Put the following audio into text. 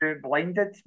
blinded